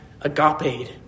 agape